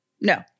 No